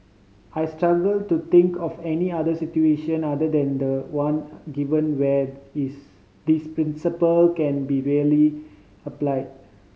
I struggle to think of any other situation other than the one given where is this principle can be really applied